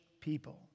people